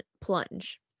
plunge